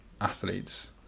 athletes